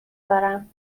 دارم